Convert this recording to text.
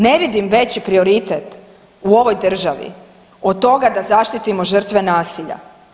Ne vidim veći prioritet u ovoj državi od toga da zaštitimo žrtve nasilja.